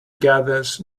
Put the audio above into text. gathers